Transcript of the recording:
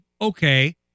Okay